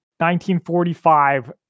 1945